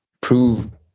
prove